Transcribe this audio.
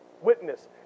witness